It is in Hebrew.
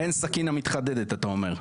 אין סכין המתחדדת, אתה אומר.